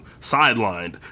sidelined